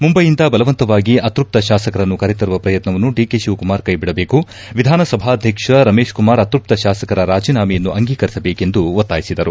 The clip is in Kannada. ಮುಂಬೈಯಿಂದ ಬಲವಂತವಾಗಿ ಅತೃಪ್ತ ಶಾಸಕರನ್ನು ಕರೆತರುವ ಪ್ರಯತ್ನವನ್ನು ಡಿಕೆ ಶಿವಕುಮಾರ್ ಕೈ ಬಿಡಬೇಕು ವಿಧಾನಸಭಾಧ್ಯಕ್ಷ ರಮೇಶ್ ಕುಮಾರ್ ಅತೃಪ್ತ ಶಾಸಕರ ರಾಜೀನಾಮೆಯನ್ನು ಅಂಗೀಕರಿಸಬೇಕುಎಂದು ಒತ್ತಾಯಿಸಿದರು